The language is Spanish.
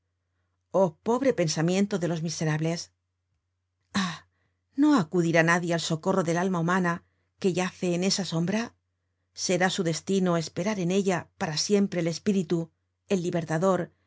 oh pobre pensamiento de los miserables ah no acudirá nadie al socorro del alma humana que yace en esa sombra será su destino esperar en ella para siempre el espíritu el libertador